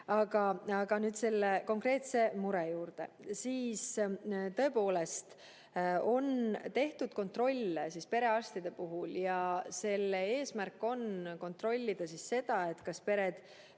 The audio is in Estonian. Aga nüüd selle konkreetse mure juurde. Tõepoolest on tehtud kontrolle perearstide puhul. Selle eesmärk on kontrollida, kas perearstid